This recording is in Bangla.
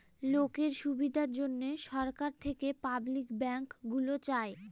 লোকের সুবিধার জন্যে সরকার থেকে পাবলিক ব্যাঙ্ক গুলো চালায়